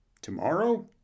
tomorrow